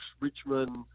Richmond